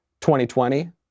2020